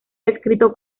escrito